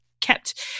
kept